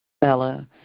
Bella